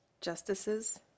Justices